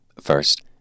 First